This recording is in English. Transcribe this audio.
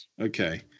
Okay